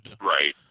Right